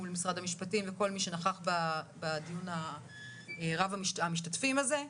מול משרד המשפטים וכל מי שנכח בדיון רב המשתתפים הזה,